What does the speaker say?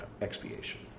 expiation